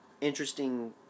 interesting